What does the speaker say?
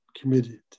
committed